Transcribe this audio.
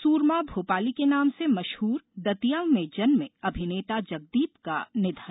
सूरमा भोपाली के नाम से मशहूर दतिया में जन्में अभिनेता जगदीप का निधन